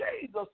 Jesus